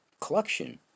collection